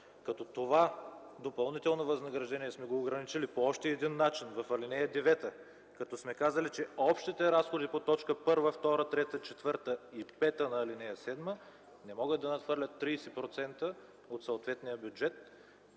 Това допълнително възнаграждение сме го ограничили по още един начин в ал. 9, като сме казали, че общите разходи по точки 1, 2, 3, 4 и 5 на ал. 7 не могат да надхвърлят 30% от съответния бюджет,